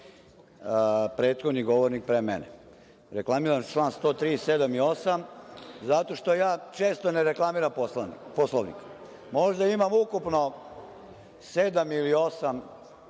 prethodni govornik pre mene. Reklamiram član 103. stav 7. i 8. zato što ja često ne reklamiram Poslovnik. Možda imam ukupno sedam ili